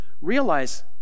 realize